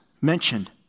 mentioned